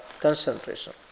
concentration